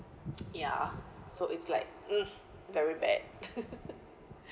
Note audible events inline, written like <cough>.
ya so it's like mm very bad <laughs>